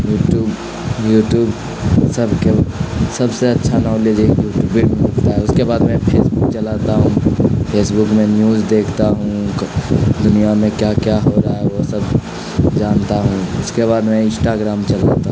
YouTube YouTube سب کے سب سے اچھا نالج ہے یوٹیوب بھی ملتا ہے اس کے بعد میں فیس بک چلاتا ہوں فیس بک میں نیوز دیکھتا ہوں دنیا میں کیا کیا ہو رہا ہے وہ سب جانتا ہوں اس کے بعد میں انسٹاگرام چلاتا ہوں